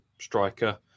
striker